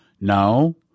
No